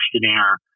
questionnaire